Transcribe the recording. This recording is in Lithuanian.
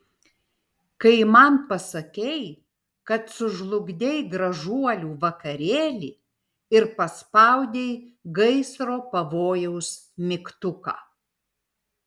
kai man pasakei kad sužlugdei gražuolių vakarėlį ir paspaudei gaisro pavojaus mygtuką